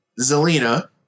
Zelina